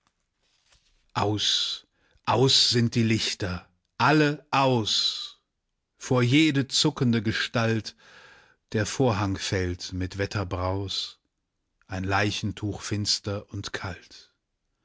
aus aus sind die lichter alle aus vor jede zuckende gestalt der vorhang fällt mit wetterbraus ein leichentuch finster und kalt